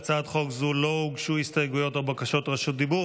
להצעת חוק זו לא הוגשו הסתייגויות או בקשות רשות דיבור,